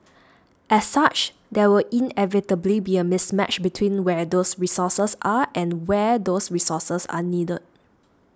as such there will inevitably be a mismatch between where those resources are and where those resources are needed